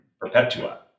Perpetua